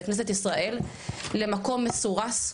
את כנסת ישראל למקום מסורס,